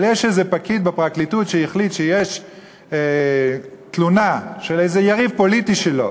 אבל יש איזה פקיד בפרקליטות שהחליט שיש תלונה של איזה יריב פוליטי שלו